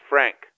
Frank